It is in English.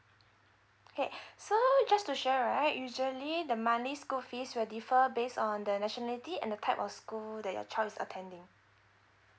okay so just to share right usually the monthly school fees will differ based on the nationality and the type of school that your child is attending